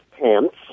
pants